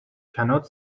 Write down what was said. cannot